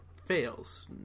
fails